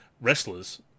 wrestlers